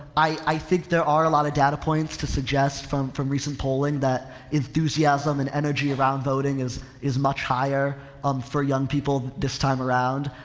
i, i think there are a lot of data points to suggest from, from recent polling that enthusiasm and energy around voting is, is much higher um for young people this time around.